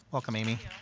welcome amy.